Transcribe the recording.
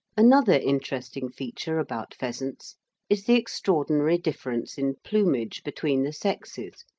another interesting feature about pheasants is the extraordinary difference in plumage between the sexes,